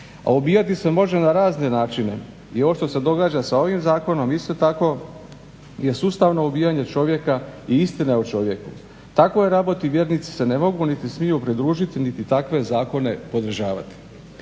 A ubijati se može na razne načine i ovo što se događa sa ovim zakonom isto tako je sustavno ubijanje čovjeka i istine u čovjeku. Takvoj raboti vjernici se ne mogu niti smiju pridružiti niti takve zakone podržavati.